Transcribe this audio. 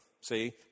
See